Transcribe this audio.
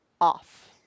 off